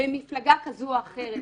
במפלגה כזו או אחרת.